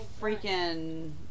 freaking